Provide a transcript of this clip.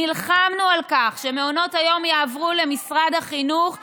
נלחמנו על כך שמעונות היום יעברו למשרד החינוך כדי,